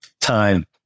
time